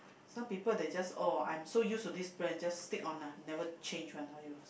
some people they just oh I'm so used to this brand just stick on lah never change one !aiyo!